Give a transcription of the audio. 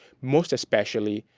most especially,